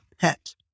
pet